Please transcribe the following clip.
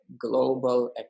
global